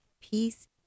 peace